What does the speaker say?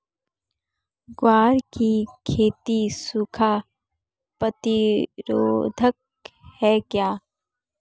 ग्वार की खेती सूखा प्रतीरोधक है क्या?